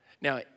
Now